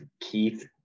Keith